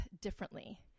differently